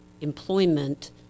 employment